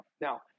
Now